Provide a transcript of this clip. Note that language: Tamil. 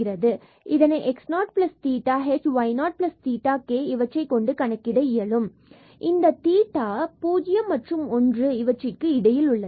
இதனை x0theta h yotheta k இவற்றைக்கொண்டு கணக்கிட இயலும் மற்றும் இந்த தீட்ட 0 மற்றும் 1 இவற்றிற்கு இடையில் உள்ளது